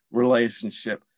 relationship